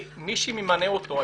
מי שממנה אותו היום,